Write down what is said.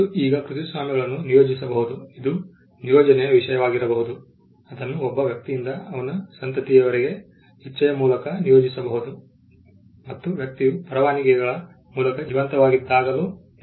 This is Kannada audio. ಮತ್ತು ಈಗ ಕೃತಿಸ್ವಾಮ್ಯಗಳನ್ನು ನಿಯೋಜಿಸಬಹುದು ಇದು ನಿಯೋಜನೆಯ ವಿಷಯವಾಗಿರಬಹುದು ಅದನ್ನು ಒಬ್ಬ ವ್ಯಕ್ತಿಯಿಂದ ಅವನ ಸಂತತಿಯವರಿಗೆ ಇಚ್ಛೆಯ ಮೂಲಕ ನಿಯೋಜಿಸಬಹುದು ಮತ್ತು ವ್ಯಕ್ತಿಯು ಪರವಾನಗಿಗಳ ಮೂಲಕ ಜೀವಂತವಾಗಿದ್ದಾಗಲೂ ನಿಯೋಜಿಸಬಹುದು